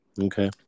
Okay